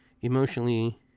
emotionally